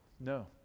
No